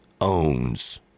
owns